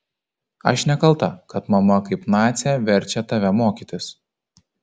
aš nekalta kad mama kaip nacė verčia tave mokytis